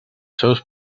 seus